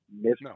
missed